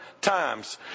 times